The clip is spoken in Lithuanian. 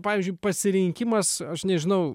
pavyzdžiui pasirinkimas aš nežinau